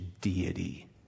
deity